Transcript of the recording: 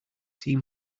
team